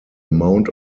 amount